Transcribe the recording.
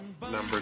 Number